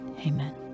amen